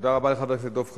תודה רבה לחבר הכנסת דב חנין.